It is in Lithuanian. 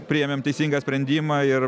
priėmėm teisingą sprendimą ir